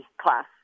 class